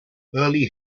early